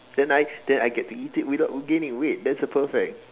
then I then I get to eat it without gaining weight that's a perfect